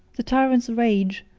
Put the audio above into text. the tyrant's rage,